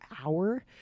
hour